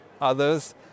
others